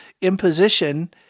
imposition